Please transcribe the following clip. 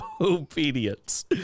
obedience